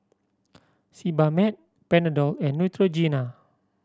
Sebamed Panadol and Neutrogena